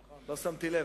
לא שמתי לב.